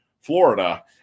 Florida